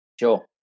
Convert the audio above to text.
Sure